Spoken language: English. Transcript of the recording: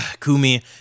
Kumi